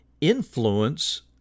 influence